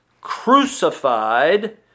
crucified